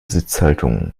sitzhaltung